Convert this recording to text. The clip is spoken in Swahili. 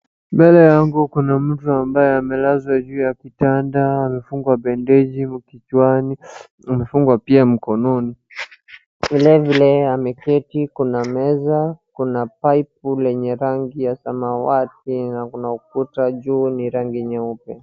Mbele yangu kuna mtu ambaye amelazwa juu ya kitanda amefungwa bandeji kwa kichwani na amefungwa pia mkononi vile vile ameketi, kuna meza, kuna paipu lenye rangi ya samawati na kuna ukuta juu ni rangi nyeupe.